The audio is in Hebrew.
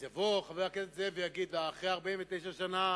אז יבוא חבר הכנסת זאב ויגיד: אחרי 49 שנה